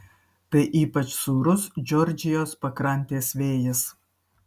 tai ypač sūrus džordžijos pakrantės vėjas